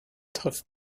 trifft